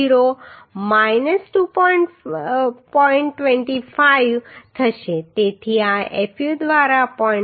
25 થશે તેથી આ fu દ્વારા 0